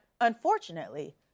unfortunately